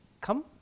come